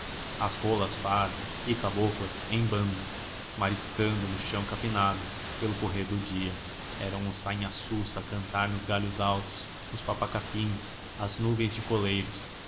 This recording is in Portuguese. as rolas pardas e caboclas em bando mariscando no chão capinado pelo correr do dia eram os sanhaçus a cantar nos galhos altos os papa capins as nuvens de coleiros